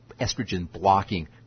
estrogen-blocking